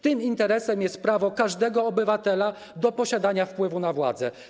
Tym interesem jest prawo każdego obywatela do posiadania wpływu na władze.